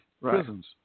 prisons